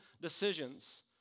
decisions